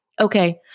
Okay